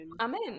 Amen